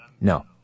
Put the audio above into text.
No